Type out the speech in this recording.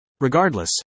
Regardless